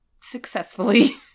successfully